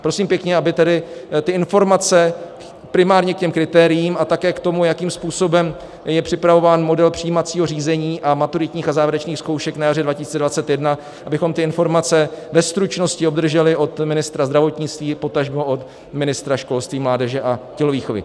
Prosím pěkně, aby tedy ty informace primárně k těm kritériím a také k tomu, jakým způsobem je připravován model přijímacího řízení a maturitních a závěrečných zkoušek na jaře 2021, abychom ty informace ve stručnosti obdrželi od ministra zdravotnictví, potažmo od ministra školství, mládeže a tělovýchovy.